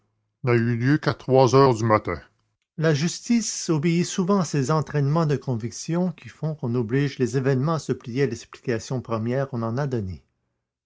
n'a eu lieu qu'à trois heures du matin la justice obéit souvent à ces entraînements de conviction qui font qu'on oblige les événements à se plier à l'explication première qu'on en a donnée